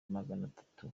maganatatu